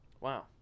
Wow